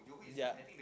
yeah